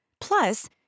Plus